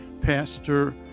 Pastor